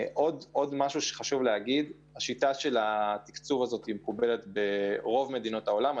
עוד משהו שחשוב להגיד: שיטת התקצוב הזו נוהגת ברוב מדינות העולם.